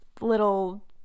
little